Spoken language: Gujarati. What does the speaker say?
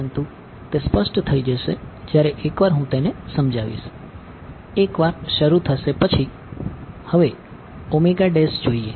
પરંતુ તે સ્પષ્ટ થઈ જશે જ્યારે એકવાર હું તેને સમજાવીશ એકવાર શરૂ થશે પછી હવે જોઈએ